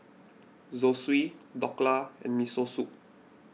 Zosui Dhokla and Miso Soup